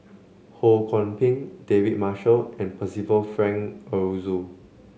Ho Kwon Ping David Marshall and Percival Frank Aroozoo